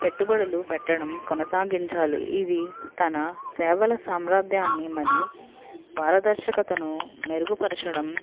పెట్టుబడులు పెట్టడం కొనసాగించాలి ఇది తన సేవల సామ్రాజ్యాన్ని మరియు పారదర్శకతను మెరుగుపరచడం